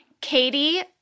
Katie